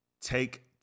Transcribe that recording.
take